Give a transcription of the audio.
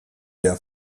der